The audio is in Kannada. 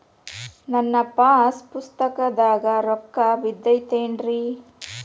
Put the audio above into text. ನನ್ನ ಪಾಸ್ ಪುಸ್ತಕದಾಗ ರೊಕ್ಕ ಬಿದ್ದೈತೇನ್ರಿ?